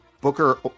Booker